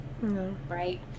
right